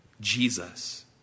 Jesus